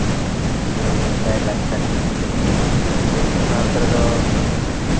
ᱡᱮ ᱞᱟᱭᱼᱞᱟᱠᱪᱟᱨ ᱜᱮ ᱫᱚᱠᱠᱷᱤᱱ ᱵᱷᱟᱨᱚᱛ ᱨᱮᱫᱚ